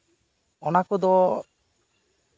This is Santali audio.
ᱚᱱᱟ ᱠᱚᱫᱚ